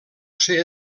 ser